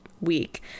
week